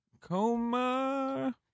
coma—